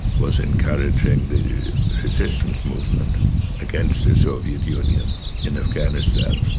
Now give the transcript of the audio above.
was encouraging the resistance movement against the soviet union in afghanistan.